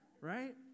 right